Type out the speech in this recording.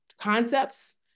concepts